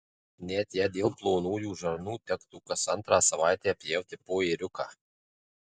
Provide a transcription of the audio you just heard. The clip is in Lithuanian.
net jei dėl plonųjų žarnų tektų kas antrą savaitę pjauti po ėriuką